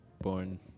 born